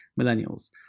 millennials